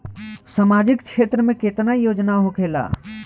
सामाजिक क्षेत्र में केतना योजना होखेला?